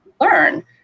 learn